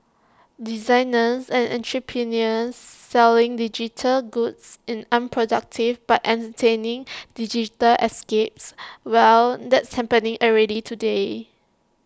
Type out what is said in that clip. designers and entrepreneurs selling digital goods in unproductive but entertaining digital escapes well that's happening already today